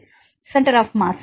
மாணவர் centre of mass